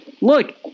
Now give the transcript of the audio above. look